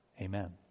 Amen